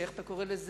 איך אתה קורא לזה?